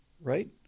right